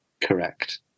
Correct